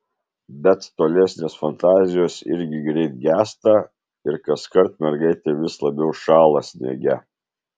bet tolesnės fantazijos irgi greit gęsta ir kaskart mergaitė vis labiau šąla sniege